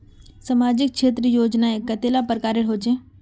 सामाजिक क्षेत्र योजनाएँ कतेला प्रकारेर होचे?